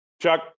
Chuck